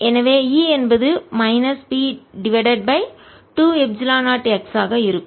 எனவே E என்பது minus P divided by 2 epsilon 0 x ஆக இருக்கும்